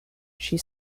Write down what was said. she